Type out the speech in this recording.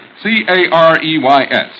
C-A-R-E-Y-S